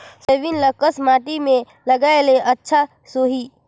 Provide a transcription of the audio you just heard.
Soybean ल कस माटी मे लगाय ले अच्छा सोही?